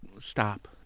stop